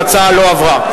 ההצעה לא עברה.